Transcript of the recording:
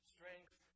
Strength